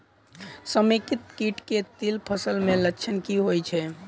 समेकित कीट केँ तिल फसल मे लक्षण की होइ छै?